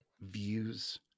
views